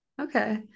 Okay